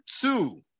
two